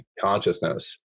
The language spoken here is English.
consciousness